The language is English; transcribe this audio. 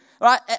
right